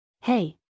Hey